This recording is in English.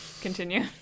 continue